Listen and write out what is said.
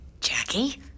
Jackie